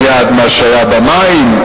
על-יד מה שהיה במים,